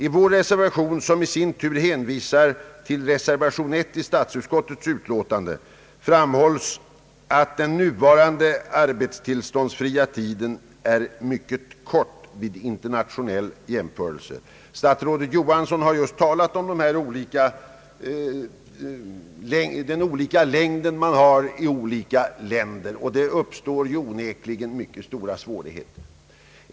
I vår reservation — som i sin tur hänvisar till reservation nr 1 i statsutskottets utlåtande — framhålles att den nuvarande arbetstillståndsfria tiden är mycket kort i jämförelse med internationell praxis. Statsrådet Johansson har just talat om de olika tidsperioder som tillämpas i andra länder. Vår regel ger onekligen upphov till stora svårigheter.